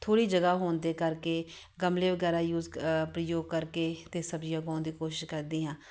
ਥੋੜ੍ਹੀ ਜਗ੍ਹਾ ਹੋਣ ਦੇ ਕਰਕੇ ਗਮਲੇ ਵਗੈਰਾ ਯੂਜ਼ ਪ੍ਰਯੋਗ ਕਰਕੇ ਅਤੇ ਸਬਜ਼ੀਆਂ ਉਗਾਉਣ ਦੀ ਕੋਸ਼ਿਸ਼ ਕਰਦੀ ਹਾਂ